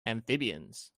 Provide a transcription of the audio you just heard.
amphibians